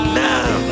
now